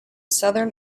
southern